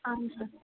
اَہن سا